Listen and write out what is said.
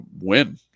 win